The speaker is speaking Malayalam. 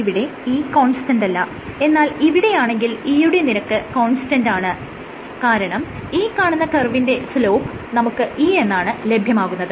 ഇവിടെ E കോൺസ്റ്റന്റല്ല എന്നാൽ ഇവിടെയാണെങ്കിൽ E യുടെ നിരക്ക് കോൺസ്റ്റന്റ് ആണ് കാരണം ഈ കാണുന്ന കർവിന്റെ സ്ലോപ്പ് നമുക്ക് E എന്നാണ് ലഭ്യമാകുന്നത്